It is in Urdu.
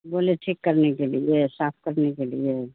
بولے ٹھیک کرنے کے لیے صاف کرنے کے لیے